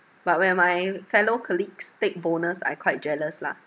but when my fellow colleagues take bonus I quite jealous lah